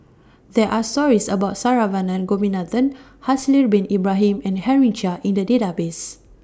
There Are stories about Saravanan Gopinathan Haslir Bin Ibrahim and Henry Chia in The Database